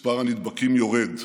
מספר הנדבקים יורד,